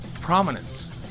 prominence